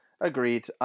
agreed